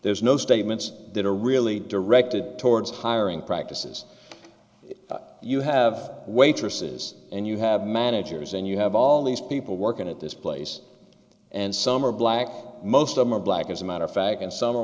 there's no statements that are really directed towards hiring practices you have waitresses and you have managers and you have all these people working at this place and some are black most of my black as a matter of fact and some are